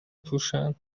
پوشن